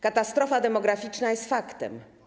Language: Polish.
Katastrofa demograficzna jest faktem.